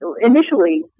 Initially